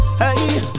hey